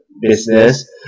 business